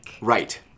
Right